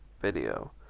video